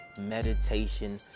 meditation